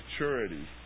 maturity